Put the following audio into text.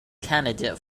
candidate